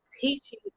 teaching